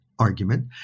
Argument